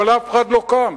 אבל אף אחד לא קם,